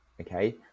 Okay